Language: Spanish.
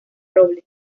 roble